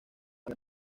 san